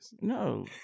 No